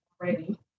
already